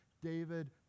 David